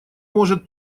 может